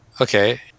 Okay